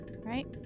Right